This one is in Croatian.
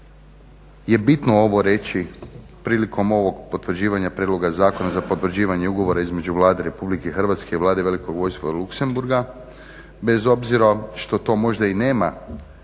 je bitno ovo reći prilikom ovog Potvrđivanja prijedloga Zakona za Potvrđivanje Ugovora između Vlade Republike Hrvatske i Vlade Velikog Vojvodstva od Luxemburga bez obzira što to možda i nema